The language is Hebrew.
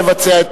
נא לבצע,